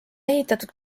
ehitatud